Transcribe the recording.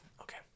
okay